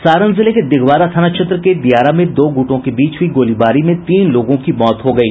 सारण जिले के दिघवारा थाना क्षेत्र के दियारा में दो गुटों के बीच हुई गोलीबारी में तीन लोगों की मौत हो गयी